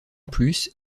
plus